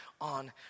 on